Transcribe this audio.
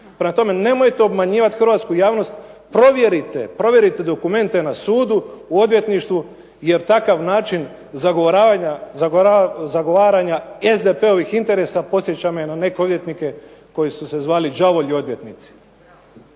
Prema tome, nemojte obmanjivati hrvatsku javnost. Provjerite dokumente na sudu, u odvjetništvu jer takav način zagovaranja SDP-ovih interesa podsjeća me na neke odvjetnike koji su se zvali đavolji odvjetnici.